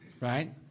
right